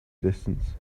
distance